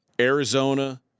Arizona